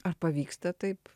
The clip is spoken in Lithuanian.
ar pavyksta taip